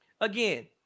Again